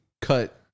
cut